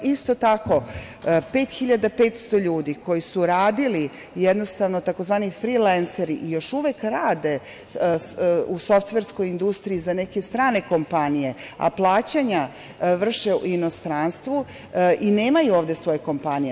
Isto tako, 5.500 ljudi koji su radili, tzv. "fri lenseri", još uvek rade u softverskoj industriji za neke strane kompanije, a plaćanja vrše u inostranstvu i nemaju ovde svoje kompanije.